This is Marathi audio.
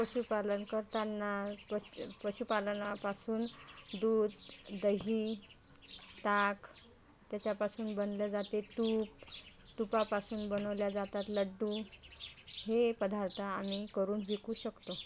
पशुपालन करताना पश पशुपालनापासून दूध दही ताक त्याच्यापासून बनलं जाते तूप तुपापासून बनवल्या जातात लड्डू हे पदार्थ आम्ही करून विकू शकतो